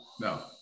no